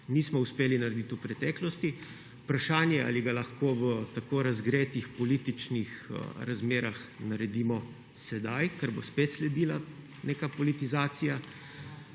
nismo uspeli narediti v preteklosti. Vprašanje je, ali ga lahko v tako razgretih političnih razmerah naredimo sedaj, ker bo spet sledila neka politizacija.